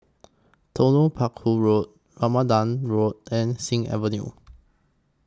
Telok Paku Road Rambutan Road and Sing Avenue